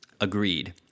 agreed